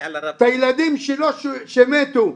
את הילדים שלו שמתו.